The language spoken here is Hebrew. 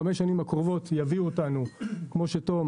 החמש השנים הקרובות יביאו אותנו כמו שתום,